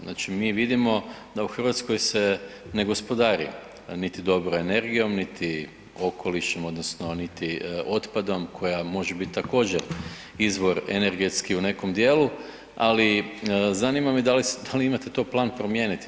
Znači, mi vidimo da u Hrvatskoj se ne gospodari niti dobro energijom, niti okolišem odnosno niti otpadom koja može biti također izvor energetski u nekom dijelu, ali zanima me da li imate to plan promijeniti.